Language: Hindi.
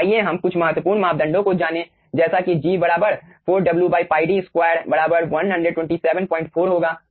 तो आइए हम कुछ महत्वपूर्ण मापदंडों को जानें जैसे कि G 4w πD2 1274 होगा